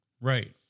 right